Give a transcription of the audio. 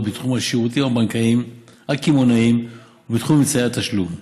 בתחום השירותים הבנקאיים הקמעונאיים ובתחום אמצעי התשלום.